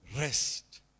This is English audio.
rest